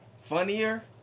Funnier